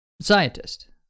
Scientist